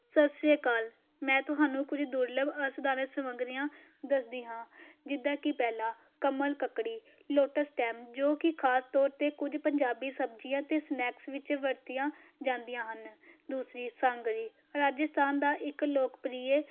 ਸਤਿ ਸ਼੍ਰੀ ਅਕਾਲ ਮੈਂ ਤੁਹਾਨੂੰ ਕੁਝ ਦੁਰਲੱਭ ਅਸਾਧਾਰਣ ਸਮੱਗਰੀਆਂ ਦੱਸਦੀ ਹਾਂ ਜਿੱਦਾਂ ਕਿ ਪਹਿਲਾਂ ਕਮਲ ਕਕੜੀ ਲੋਟਸਟੈਮ ਜੋ ਕਿ ਖ਼ਾਸ ਤੌਰ 'ਤੇ ਕੁਝ ਪੰਜਾਬੀ ਸਬਜ਼ੀਆਂ ਅਤੇ ਸਨੈਕਸ ਵਿੱਚ ਵਰਤੀਆਂ ਜਾਂਦੀਆਂ ਹਨ ਦੂਸਰੀ ਸਾਂਗਰੀ ਰਾਜਸਥਾਨ ਦਾ ਇੱਕ ਲੋਕਪ੍ਰਿਯ